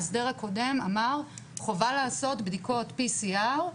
ההסדר הקודם אמר: חובה לעשות בדיקות PCR,